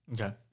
okay